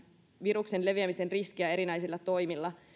viruksen leviämisen riskejä erinäisillä toimilla